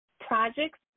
projects